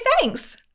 Thanks